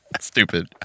Stupid